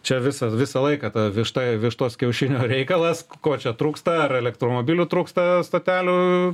čia visas visą laiką ta višta vištos kiaušinio reikalas ko čia trūksta ar elektromobilių trūksta stotelių